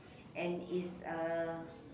and is a